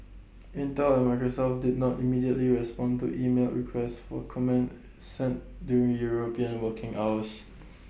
Intel and Microsoft did not immediately respond to emailed requests for comment sent during european working hours